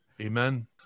Amen